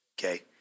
okay